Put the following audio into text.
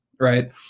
right